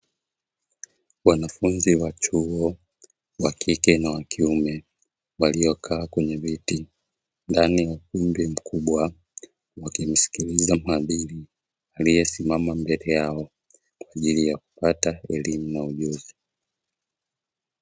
Wanafunzi wa chuo wakike na wakiume, waliokaa kwenye viti ndani ya ukumbi mkubwa, wakimsikiliza mhadhiri aliyesimama mbele yao, kwa ajili ya kupata elimu na ujuzi.